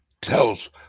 tells